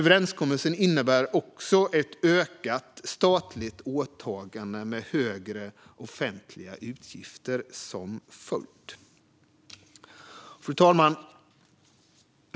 Den innebär också ett ökat statligt åtagande med högre offentliga utgifter som följd. Fru talman!